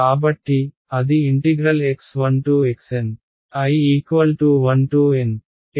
కాబట్టి అదిx1xNi1NfLidx అవుతుంది